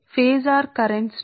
pager కరెంట్స్లుI1 I2